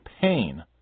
pain